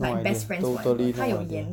no idea totally no idea